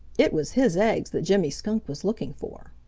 it was his eggs that jimmy skunk was looking for.